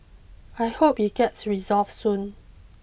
I hope it gets resolved soon